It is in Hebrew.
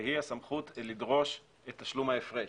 והיא לדרוש את תשלום ההפרש.